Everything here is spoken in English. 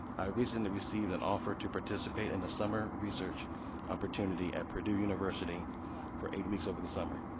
i recently received an offer to participate in the summer research opportunity at purdue university for eight weeks over the summer.